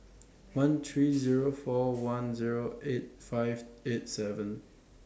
one three Zero four one Zero eight five eight seven